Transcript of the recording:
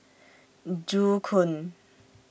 Joo Koon